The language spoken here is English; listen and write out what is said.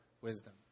wisdom